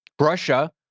Russia